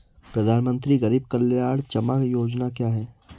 प्रधानमंत्री गरीब कल्याण जमा योजना क्या है?